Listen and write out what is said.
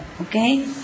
okay